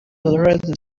already